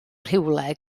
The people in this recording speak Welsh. rhywle